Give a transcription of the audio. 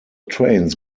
trains